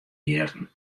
jierren